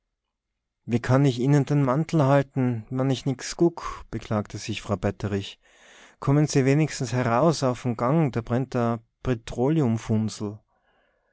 wie kann ich ihne de mantel halte wann ich nix guck beklagte sich frau petterich komme se wenigstens eraus uff de gang da